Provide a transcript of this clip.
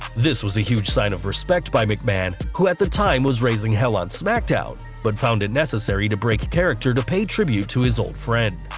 this was a huge sign of respect by mcmahon, who at the time was raising hell on smackdown, but found it necessary to break character to pay tribute to his old friend.